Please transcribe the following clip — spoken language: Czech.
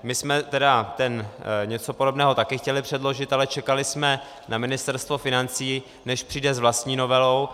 My jsme tedy něco podobného také chtěli předložit, ale čekali jsme na Ministerstvo financí, než přijde s vlastní novelou.